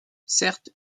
certes